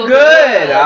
good